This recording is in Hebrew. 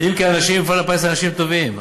אם כי האנשים במפעל הפיס הם אנשים טובים,